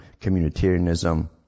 communitarianism